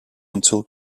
until